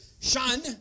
shun